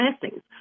blessings